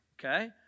okay